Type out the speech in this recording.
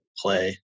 play